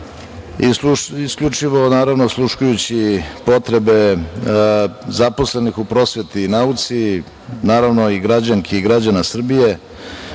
isključivo osluškujući potrebe zaposlenih u prosveti i nauci, naravno i građanki i građana Srbije,